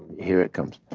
here it comes.